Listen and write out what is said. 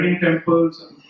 temples